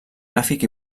gràfic